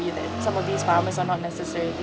be that some of these farmers are not necessarily